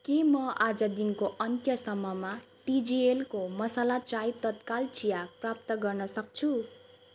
के म आज दिनको अन्त्यसम्ममा टिजिएलको मसाला चाय तत्काल चिया प्राप्त गर्नसक्छु